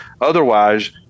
Otherwise